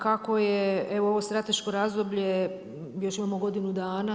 Kako je evo ovo strateško razdoblje još imamo godinu dana.